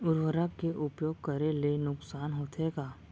उर्वरक के उपयोग करे ले नुकसान होथे का?